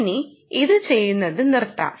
ഇനി ഇതു ചെയ്യുന്നത് നിർത്താം